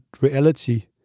reality